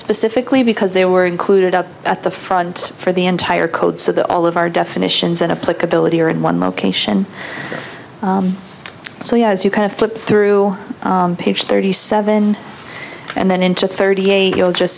specifically because they were included up at the front for the entire code so that all of our definitions and apply ability are in one location so as you kind of flip through page thirty seven and then into thirty eight you'll just